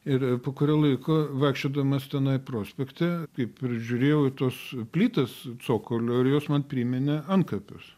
ir po kurio laiko vaikščiodamas tenai prospekte kaip ir žiūrėjau į tuos plytas cokolio ir jos man priminė antkapius